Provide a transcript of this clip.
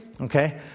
okay